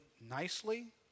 nicely